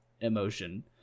emotion